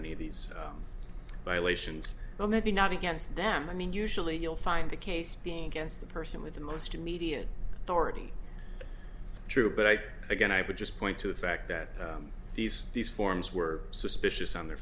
any of these violations well maybe not against them i mean usually you'll find the case being against the person with the most immediate dorothy true but i think again i would just point to the fact that these these forms were suspicious on their